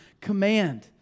command